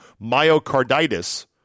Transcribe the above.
myocarditis